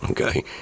okay